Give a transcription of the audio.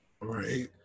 Right